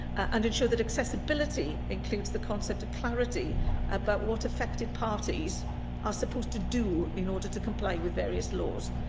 and ensure that accessibility includes the concept of clarity about what affected parties are supposed to do in order to comply with various laws?